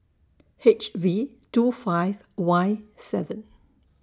H V two five Y seven